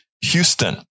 Houston